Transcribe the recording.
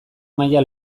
maila